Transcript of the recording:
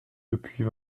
depuis